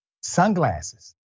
Sunglasses